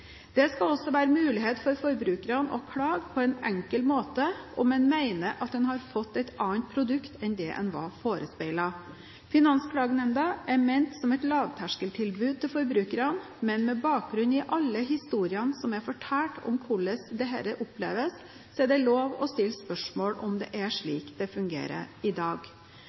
Det skal også være mulighet for forbrukerne å klage på en enkel måte om en mener at en har fått et annet produkt enn det en var forespeilet. Finansklagenemnda er ment som et lavterskeltilbud til forbrukerne, men med bakgrunn i alle de historiene som er fortalt om hvordan dette oppleves, er det lov å stille spørsmål om det er slik det fungerer i dag.